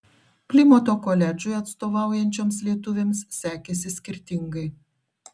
plimuto koledžui atstovaujančioms lietuvėms sekėsi skirtingai